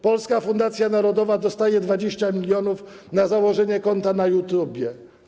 Polska Fundacja Narodowa dostaje 20 mln na założenie konta na YouTube.